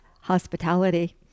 hospitality